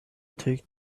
take